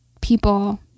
people